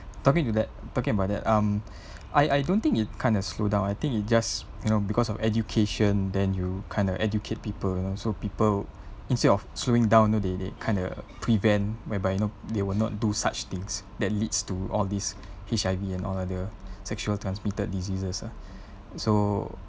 talking to that talking about that um I I don't think it kind of slow down I think it just you know because of education then you kind of educate people you know so people instead of slowing down you know they they kind of prevent whereby you know they will not do such things that leads to all these H_I_V and all other sexual transmitted diseases ah so